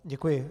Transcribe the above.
Děkuji.